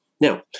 Now